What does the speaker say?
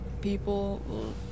people